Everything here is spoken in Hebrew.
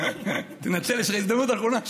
מנצל הזדמנות אחרונה.